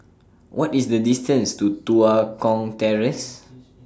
What IS The distance to Tua Kong Terrace